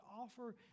offer